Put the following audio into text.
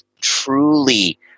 truly